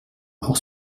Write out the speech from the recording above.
hors